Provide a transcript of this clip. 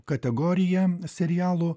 kategoriją serialų